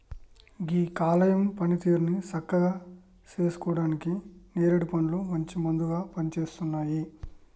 గీ కాలేయం పనితీరుని సక్కగా సేసుకుంటానికి నేరేడు పండ్లు మంచి మందులాగా పనిసేస్తున్నాయి